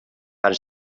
fan